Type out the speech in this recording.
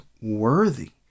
worthy